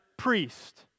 priest